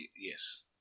yes